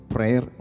Prayer